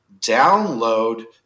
download